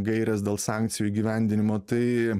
gaires dėl sankcijų įgyvendinimo tai